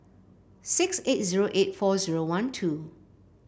six eight zero eight four zero one two